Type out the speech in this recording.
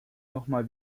nochmals